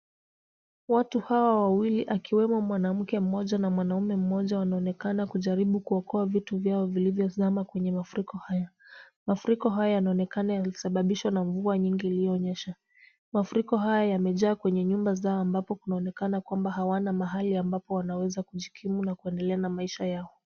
Watu hawa wawili akiwemo mwanamke mmoja na mwanamume mmoja wanaonekana kujaribu kuokoa vitu vyao vilivyozama kwenye mafuriko haya. Mafuriko haya yanaonekana yalisababishwa na mvua nyingi iliyonyesha. Mafuriko haya yamejaa kwenye nyumba zao ambapo kunaonekana kwamba hawana mahali ambapo wanaweza kujikimu na kuendelea na maisha yao.